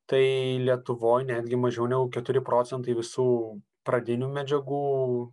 tai lietuvoj netgi mažiau negu keturi procentai visų pradinių medžiagų